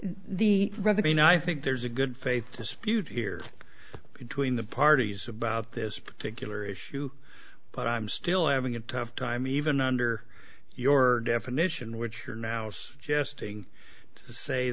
the rather than i think there's a good faith dispute here between the parties about this particular issue but i'm still having a tough time even under your definition which are now suggesting to say